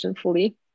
fully